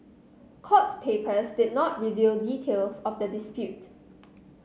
court papers did not reveal details of the dispute